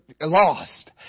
lost